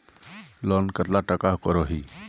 Loan कतला टाका करोही?